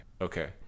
okay